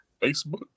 Facebook